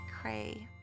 cray